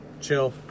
chill